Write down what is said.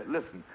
Listen